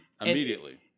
Immediately